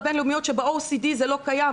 הבין-לאומיות כאשר ב-OECD זה לא קיים.